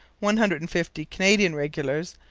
one hundred and fifty canadian regulars,